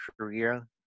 Korea